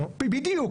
בדיוק.